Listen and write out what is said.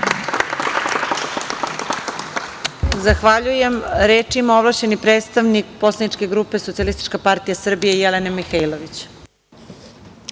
Zahvaljujem. Reč ima ovlašćeni predstavnik poslaničke grupe Socijalističke partije Srbije, Jelena Mihailović. Izvolite.